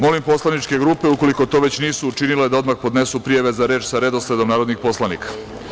Molim poslaničke grupe, ukoliko to već nisu učinile, da odmah podnesu prijave za reč sa redosledom narodnih poslanika.